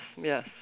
yes